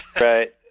Right